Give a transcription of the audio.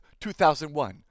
2001